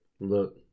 Look